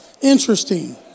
interesting